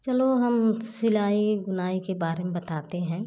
चलो हम सिलाई बुनाई के बारे में बताते हैं